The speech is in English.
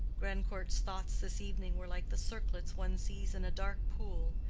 grandcourt's thoughts this evening were like the circlets one sees in a dark pool,